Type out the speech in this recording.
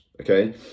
okay